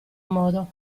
modo